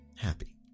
Happy